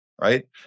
Right